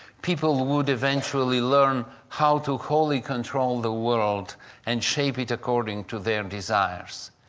people would eventually learn how to wholly control the world and shape it according to their desires.